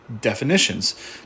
definitions